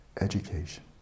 education